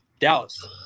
Dallas